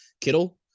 Kittle